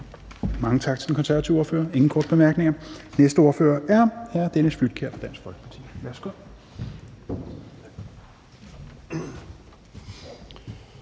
Mange tak til den konservative ordfører. Der er ingen korte bemærkninger. Den næste ordfører er hr. Dennis Flydtkjær fra Dansk Folkeparti. Værsgo.